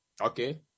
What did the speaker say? Okay